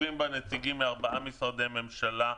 יושבים בה נציגים מארבעה משרדי ממשלה.